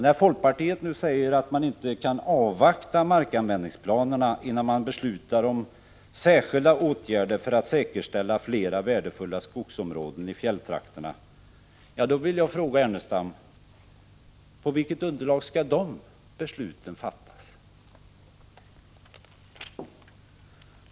När folkpartiet nu säger att man inte kan avvakta markanvändningsplanerna innan man beslutar om särskilda åtgärder för att säkerställa flera värdefulla skogsområden i fjälltrakterna, så vill jag fråga Lars Ernestam: På vilket underlag skall de besluten fattas?